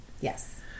Yes